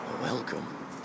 Welcome